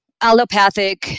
allopathic